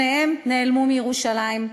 שניהם נעלמו מירושלים.